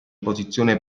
posizione